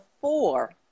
four